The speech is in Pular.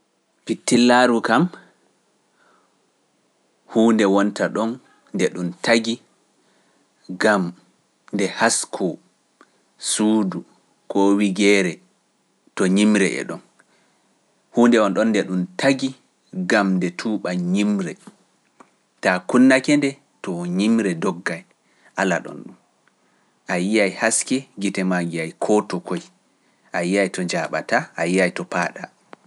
Pitillaaru kam huunde wonta ɗon nde ɗum tagi, gam nde hasku suudu ko dogay ala ɗon ɗum. A yi'ay haske gite maa yi'ay kooto koy, a yi'ay to njaaɓataa, a yi'ay to paaɗaa.